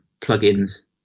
plugins